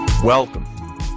Welcome